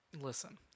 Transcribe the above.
listen